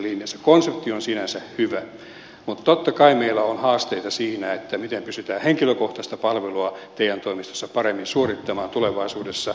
se konsepti on sinänsä hyvä mutta totta kai meillä on haasteita siinä miten pystytään henkilökohtaista palvelua te toimistoissa paremmin suorittamaan tulevaisuudessa